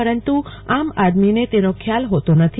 પરંતુ આમ આદમીને તેનો ખ્યાલ હોતો નથી